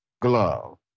glove